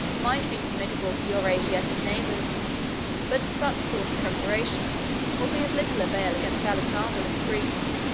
might be formidable to your asiatic neighbors but such sort of preparation will be of little avail against alexander and his greeks.